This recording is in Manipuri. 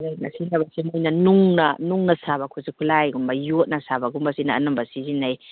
ꯁꯤꯖꯤꯅꯕꯁꯤ ꯅꯨꯡꯅ ꯅꯨꯡꯅ ꯁꯥꯕ ꯈꯨꯠꯁꯨ ꯈꯨꯠꯂꯥꯏꯒꯨꯝꯕ ꯌꯣꯠꯅ ꯁꯥꯕꯒꯨꯝꯕꯒꯨꯝꯕꯁꯤꯅ ꯑꯅꯝꯕ ꯁꯤꯖꯤꯟꯅꯩ